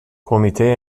کمیته